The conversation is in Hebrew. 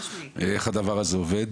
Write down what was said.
איך הדבר הזה עובד,